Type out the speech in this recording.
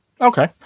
Okay